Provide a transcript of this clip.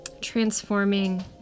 transforming